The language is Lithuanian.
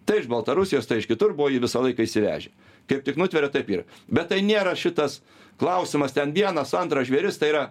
tai iš baltarusijos tai iš kitur buvo jų visą laiką įsivežę kaip tik nutveria taip yra bet tai nėra šitas klausimas ten vienas antras žvėris tai yra